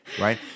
Right